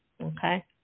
Okay